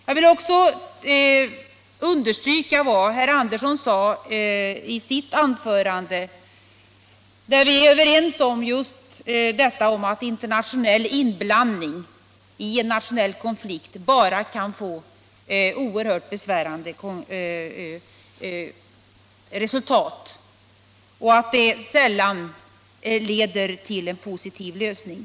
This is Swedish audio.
Jag vill också understryka vad herr Sven Andersson i Stockholm sade i sitt anförande beträffande internationell inblandning i en nationell konflikt. Vi är överens om att en sådan inblandning kan få oerhört besvärande konsekvenser och att den sällan leder till en positiv lösning.